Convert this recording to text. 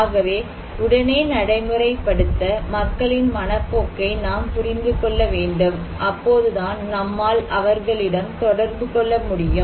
ஆகவே உடனே நடைமுறைப்படுத்த மக்களின் மனப்போக்கை நாம் புரிந்து கொள்ள வேண்டும் அப்போதுதான் நம்மால் அவர்களிடம் தொடர்பு கொள்ள முடியும்